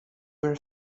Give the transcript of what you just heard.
her